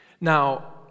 Now